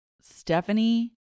Stephanie